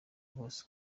bose